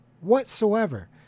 whatsoever